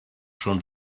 schon